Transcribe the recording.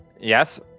Yes